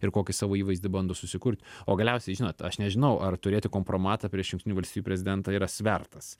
ir kokį savo įvaizdį bando susikurt o galiausiai žinot aš nežinau ar turėti kompromatą prieš jungtinių valstijų prezidentą yra svertas